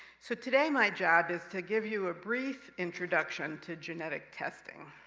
so, today my job is to give you a brief introduction to genetic testing.